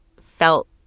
felt